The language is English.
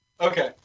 Okay